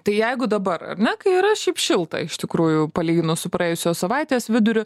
tai jeigu dabar ar ne kai yra šiaip šilta iš tikrųjų palyginus su praėjusios savaitės viduriu